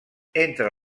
entre